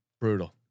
Brutal